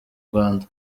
rwanda